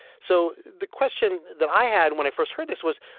so the question that i had when i first heard this was,